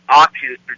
options